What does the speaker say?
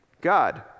God